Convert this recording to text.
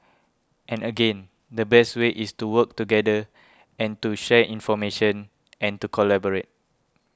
and again the best way is to work together and to share information and to collaborate